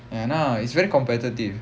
and ah it's very competitive